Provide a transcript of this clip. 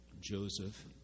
Joseph